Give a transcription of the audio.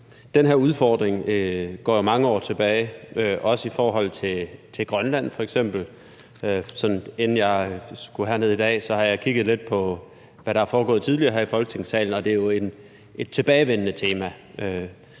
Den her udfordring går jo mange år tilbage, også i forhold til f.eks. Grønland. Inden jeg skulle herned i dag, har jeg kigget lidt på, hvad der er foregået tidligere her i Folketingssalen, og det er et tilbagevendende tema.